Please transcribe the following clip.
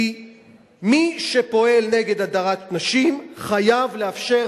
כי מי שפועל נגד הדרת נשים חייב לאפשר